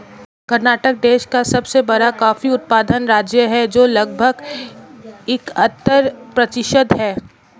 कर्नाटक देश का सबसे बड़ा कॉफी उत्पादन राज्य है, जो लगभग इकहत्तर प्रतिशत है